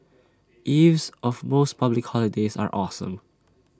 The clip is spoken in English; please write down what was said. eves of most public holidays are awesome